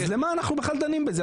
אז למה אנחנו בכלל דנים בזה?